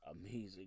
amazing